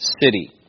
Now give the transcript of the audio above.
city